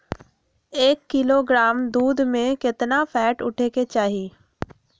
एक किलोग्राम दूध में केतना फैट उठे के चाही?